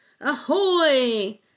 Ahoy